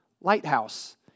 Lighthouse